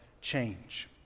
change